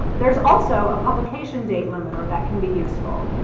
there's also a publication date limiter ah that can be useful.